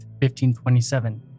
1527